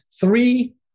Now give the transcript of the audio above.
three